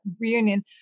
reunion